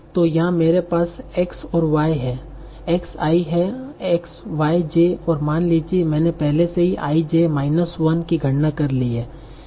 तो यहां मेरे पास X और Y है X i है Y j है और मान लीजिए मैंने पहले से ही i j माइनस 1 की गणना कर ली है